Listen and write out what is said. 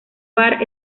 barr